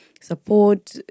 support